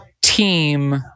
team